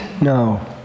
No